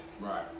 Right